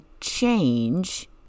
change